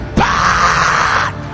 bad